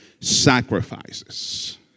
sacrifices